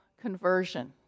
conversion